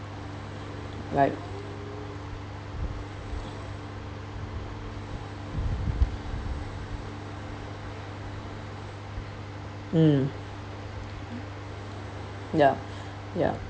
like um ya ya